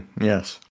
yes